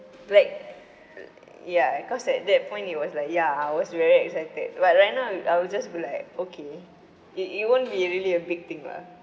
back ya cause at that point it was like ya I was very excited but right now I will just be like okay it it won't be really a big thing lah